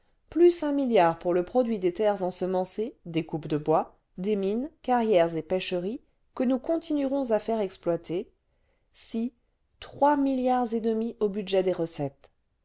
plus un milliard pour le produit des terres ensemencées des coupes de bois des mines carrières et pêcheries que nous continuerons à faire exploiter ci trois milliards et demi au budget des recettes